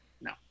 No